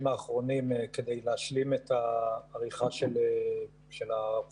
האחרונים כדי להשלים את העריכה של החקיקה.